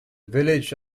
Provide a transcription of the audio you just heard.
village